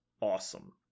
awesome